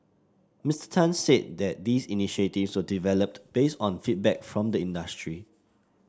Mister Tan said that these initiatives were developed based on feedback from the industry